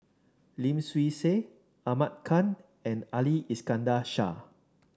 Lim Swee Say Ahmad Khan and Ali Iskandar Shah